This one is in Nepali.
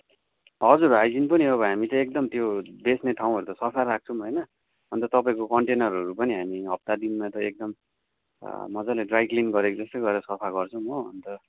हजुर हाइजिन पनि अब हामी त एकदम त्यो बेच्ने ठाउँहरू त सफा राख्छौँ होइन अन्त तपाईँको कन्टेनरहरू पनि हामी हप्ता दिनमा त एकदम मजाले ड्राइक्लिन गरेको जस्तै गरेर सफा गर्छौँ हो अन्त